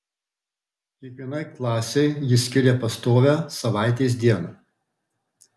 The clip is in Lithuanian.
kiekvienai klasei ji skiria pastovią savaitės dieną